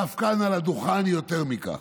ואף כאן על הדוכן יותר מכך.